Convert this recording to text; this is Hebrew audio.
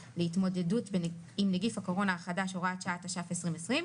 להתמודדות עם נגיף הקורונה החדש הוראת שעה תש"פ 2020,